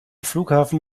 flughafen